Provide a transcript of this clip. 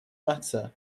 matter